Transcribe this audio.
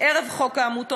ערב חוק העמותות,